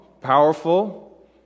powerful